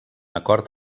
acord